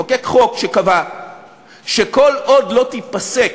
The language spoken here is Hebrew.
חוקק חוק שקבע שכל עוד לא תיפסק